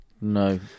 No